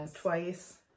twice